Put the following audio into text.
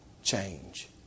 change